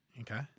Okay